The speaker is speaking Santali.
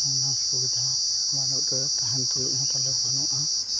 ᱚᱱᱟ ᱥᱩᱵᱤᱫᱷᱟ ᱵᱟᱹᱱᱩᱜ ᱛᱮ ᱛᱟᱦᱮᱱ ᱛᱩᱞᱩᱡ ᱦᱚᱸ ᱛᱟᱞᱮ ᱵᱟᱹᱱᱩᱜᱼᱟ